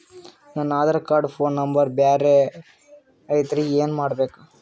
ನನ Aadhaar card phone number ಬ್ಯಾರೆ ಐತ್ರಿ ಏನ ಮಾಡಬೇಕು?